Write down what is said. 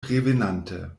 revenante